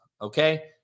okay